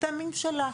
מטעמים שלה.